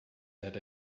that